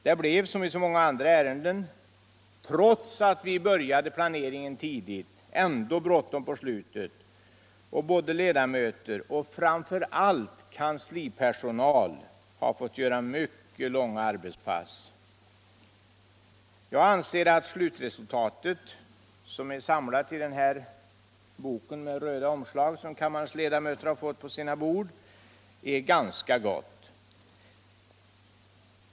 Det blev som i så många andra ärenden, trots att vi började planeringen tidigt, bråttom på slutet, och både ledamöter och framför allt kanslipersonal har fått göra mycket långa arbetspass. Jag anser att slutresultatet, som är samlat i den bok med röda omslag som kammarens ledamöter fått på sina bord, är ganska gou.